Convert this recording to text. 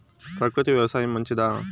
ప్రకృతి వ్యవసాయం మంచిదా?